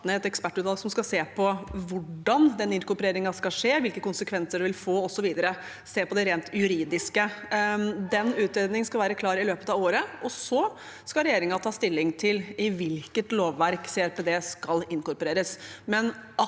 ned et ekspertutvalg som skal se på hvordan den inkorporeringen skal skje, hvilke konsekvenser det vil få, osv., og se på det rent juridiske. Den utredningen skal være klar i løpet av året, og så skal regjeringen ta stilling til i hvilket lovverk CRPD skal inkorporeres.